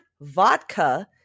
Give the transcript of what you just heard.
vodka